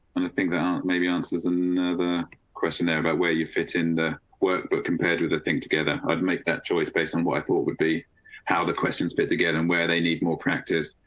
and think that um maybe answers another question there about where you fit in the work, but compared with the thing together, i'd make that choice based on what i thought would be how the questions better get and where they need more practice.